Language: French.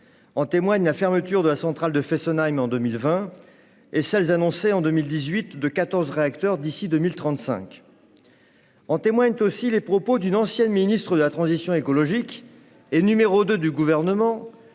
En témoignent la fermeture de la centrale de Fessenheim en 2020 et celle, annoncée en 2018, de quatorze réacteurs d'ici à 2035. En témoignent également les propos d'une ancienne ministre de la transition écologique et numéro deux du Gouvernement